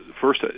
First